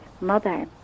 mother